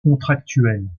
contractuelle